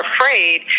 afraid